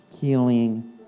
healing